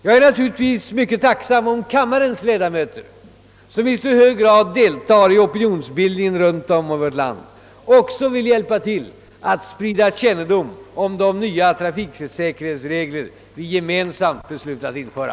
Jag är naturligtvis mycket tacksam om kammarens ledamöter — som i så hög grad deltar i opinionsbildningen runt om i vårt land — också vill hjälpa till att sprida kännedom om de nya trafiksäkerhetsregler vi gemensamt beslutat införa.